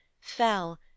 fell